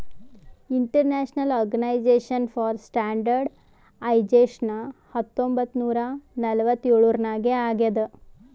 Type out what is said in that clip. international organisation for standardisation ಹತ್ತೊಂಬತ್ ನೂರಾ ನಲ್ವತ್ತ್ ಎಳುರ್ನಾಗ್ ಆಗ್ಯಾದ್